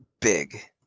big